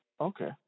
Okay